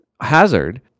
Hazard